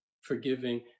forgiving